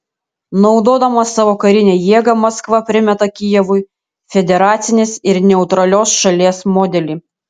naudodama savo karinę jėgą maskva primeta kijevui federacinės ir neutralios šalies modelį